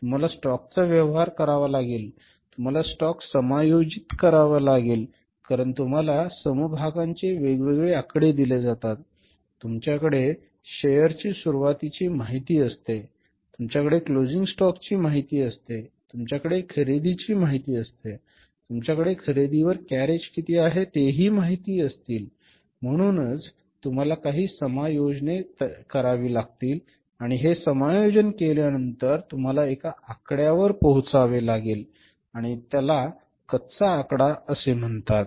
तुम्हाला स्टॉकचा व्यवहार करावा लागेल तुम्हाला स्टॉक समायोजित करावा लागेल कारण तुम्हाला समभागांचे वेगवेगळे आकडे दिले जातात तुमच्याकडे शेअरची सुरुवातीची माहिती असते तुमच्याकडे क्लोजिंग स्टॉकची माहिती असते तुमच्याकडे खरेदीची माहिती आहे तुमच्याकडे खरेदीवर कॅरेज किती आहे तेही माहीत असतील म्हणून तुम्हाला काही समायोजने करावी लागतील आणि हे समायोजन केल्यानंतर तुम्हाला एका आकड्यावर पोहोचावे लागेल आणि त्याला कच्चा आकडा असे म्हणतात